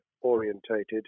orientated